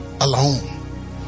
alone